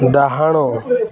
ଡାହାଣ